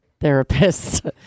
therapists